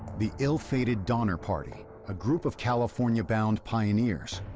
the ill-fated donner party, a group of california-bound pioneers,